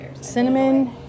Cinnamon